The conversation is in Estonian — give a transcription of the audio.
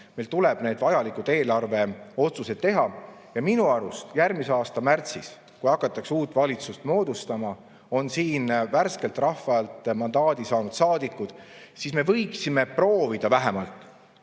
Meil tuleb need vajalikud eelarveotsused teha. Ja kui järgmise aasta märtsis, kui hakatakse uut valitsust moodustama, on siin värskelt rahvalt mandaadi saanud saadikud, siis me võiksime vähemalt